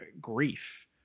grief